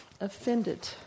offended